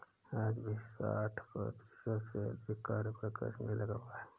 आज भी साठ प्रतिशत से अधिक कार्यबल कृषि में लगा हुआ है